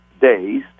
days